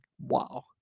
wow